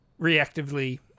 reactively